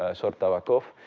ah sort of tawakof,